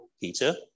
Peter